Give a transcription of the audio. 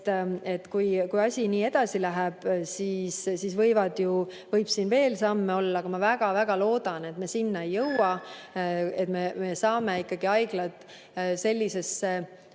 kui asi nii edasi läheb, siis võib siin veel samme tulla, aga ma väga-väga loodan, et me sinna ei jõua ja et me saame ikkagi haiglad sellisesse